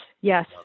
yes